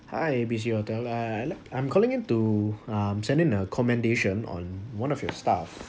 hi A B C hotel I'd like I'm calling in to um send in a commendation on one of your staff